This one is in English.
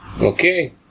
Okay